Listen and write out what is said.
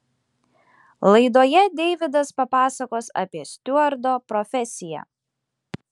laidoje deividas papasakos apie stiuardo profesiją